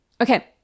okay